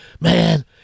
man